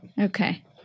Okay